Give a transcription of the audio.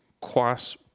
Quas